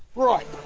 right.